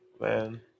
man